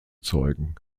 zeugen